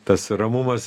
tas ramumas